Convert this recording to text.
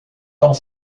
dans